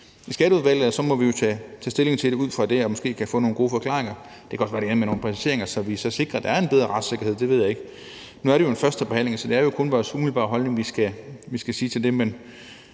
i Skatteudvalget, og så må vi jo tage stilling til det ud fra det, og måske kan vi få nogle gode forklaringer. Det kan også være, det ender med nogle præciseringer, så vi sikrer, at der er en bedre retssikkerhed; det ved jeg ikke. Nu er det jo en førstebehandling, så det er kun vores umiddelbare holdning, vi skal sige noget